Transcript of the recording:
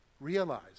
Realize